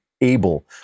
able